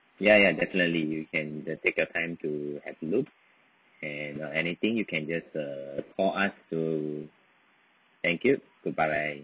ya ya definitely you can just take your time to have look and err anything you can just uh call us to thank you goodbye bye